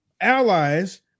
allies